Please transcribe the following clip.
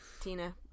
Tina